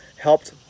helped